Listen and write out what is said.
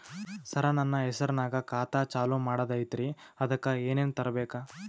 ಸರ, ನನ್ನ ಹೆಸರ್ನಾಗ ಖಾತಾ ಚಾಲು ಮಾಡದೈತ್ರೀ ಅದಕ ಏನನ ತರಬೇಕ?